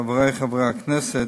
חברי חברי הכנסת,